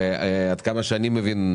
עד כמה שאני מבין,